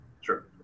Sure